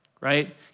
right